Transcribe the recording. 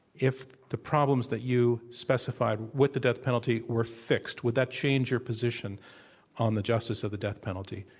if the problems that you specify with the death penalty were fixed, would that change your position on the justice of the death penalty?